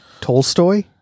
Tolstoy